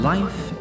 Life